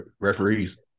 Referees